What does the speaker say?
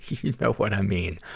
you know what i mean.